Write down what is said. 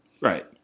Right